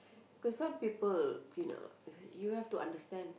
there's some people you know you you have to understand